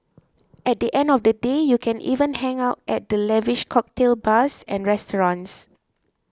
at the end of the day you can even hang out at the lavish cocktail bars and restaurants